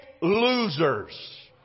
losers